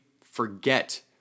forget